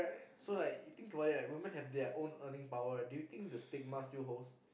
so like you think about it woman have their own earning power do you think the stigma still holds